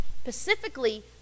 specifically